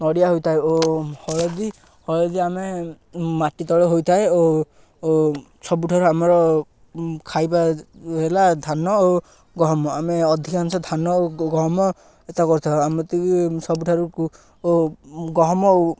ନଡ଼ିଆ ହୋଇଥାଏ ଓ ହଳଦୀ ହଳଦୀ ଆମେ ମାଟି ତଳ ହୋଇଥାଏ ଓ ଓ ସବୁଠାରୁ ଆମର ଖାଇବା ହେଲା ଧାନ ଓ ଗହମ ଆମେ ଅଧିକାଂଶ ଧାନ ଓ ଗହମ ଏତା କରିଥାଉ ଆମେ ତିି ସବୁଠାରୁ ଓ ଗହମ ଓ